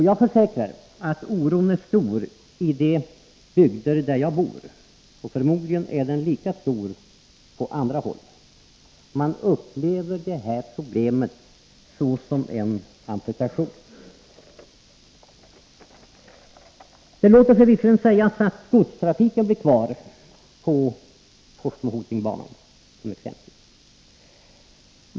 Jag försäkrar att oron är stor i de bygder där jag bor, och förmodligen är den lika stor på andra håll. Man upplever detta som en amputation. Det låter sig visserligen sägas att godstrafiken blir kvar på Forsmo-Hoting banan, för att ta ett exempel.